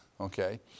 Okay